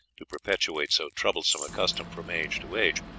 to perpetuate so troublesome a custom from age to age.